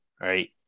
right